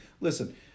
Listen